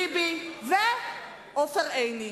ביבי ועופר עיני.